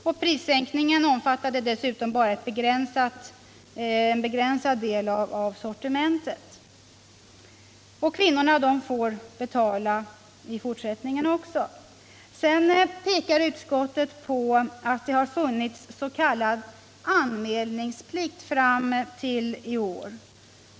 Och prissänkningen omfattade bara ett begränsat sortiment dessutom. Och kvinnorna får betala också i fortsättningen. Sedan pekar utskottet på att det har funnits s.k. anmälningsplikt fram till i år.